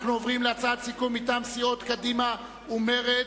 אנו עוברים להצעת סיכום מטעם סיעות קדימה ומרצ.